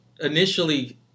initially